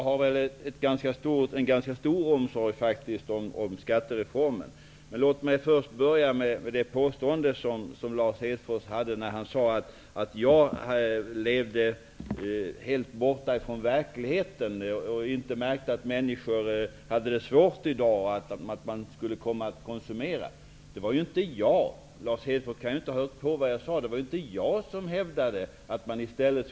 Herr talman! Min omsorg om skattereformen är ganska stor. Låt mig börja med Lars Hedfors påstående att jag lever helt borta från verkligheten och inte märker att människor har det svårt i dag, samt att människor kommer att konsumera. Det var inte jag som hävdade att människor skulle spara i stället.